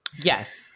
Yes